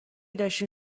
داشتین